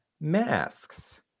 masks